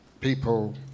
people